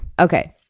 Okay